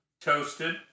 Toasted